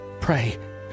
Pray